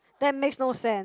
that makes no sense